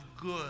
good